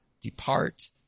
depart